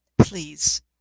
please